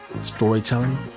storytelling